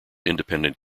independent